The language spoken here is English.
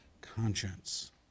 conscience